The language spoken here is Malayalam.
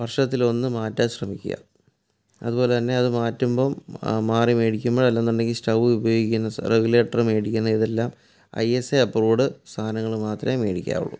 വർഷത്തിലൊന്നു മാറ്റാൻ ശ്രമിക്കുക അതുപോലെ തന്നെ അത് മാറ്റുമ്പോൾ മാറി മേടിക്കുമ്പോൾ അല്ലാന്നുണ്ടെങ്കിൽ സ്റ്റവ് ഉപയോഗിക്കുന്ന റെഗുലേറ്റർ മേടിക്കുന്ന ഇത് എല്ലാം ഐ എസ് ഐ അപ്പ്രൂവ്ഡ് സാധനങ്ങൾ മാത്രമേ മേടിക്കാവുള്ളൂ